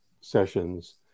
sessions